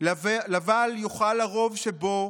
לבל יוכל הרוב שבו,